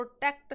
protect